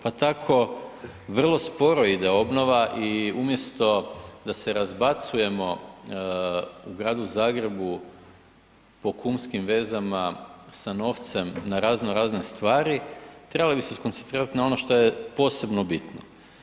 Pa tako vrlo sporo ide obnova i umjesto da se razbacujemo u gradu Zagrebu po kumskim vezama sa novcem na raznorazne stvari, trebali bi se skoncentrirati na ono što je posebno bitno.